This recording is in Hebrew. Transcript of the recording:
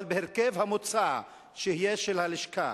אבל בהרכב המוצא שיהיה של הלשכה,